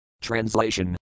Translation